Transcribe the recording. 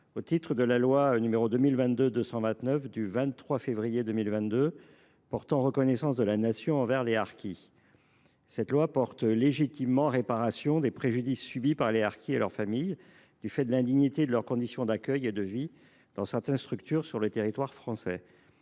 au titre de la loi n° 2022 229 du 23 février 2022 portant reconnaissance de la Nation envers les harkis. Cette loi prévoit légitimement la réparation des préjudices subis par les harkis et leurs familles du fait de l’indignité de leurs conditions d’accueil et de vie dans certaines structures sur le territoire français.